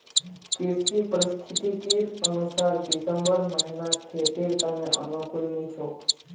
कृषि पारिस्थितिकीर अनुसार दिसंबर महीना खेतीर त न अनुकूल नी छोक